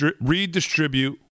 redistribute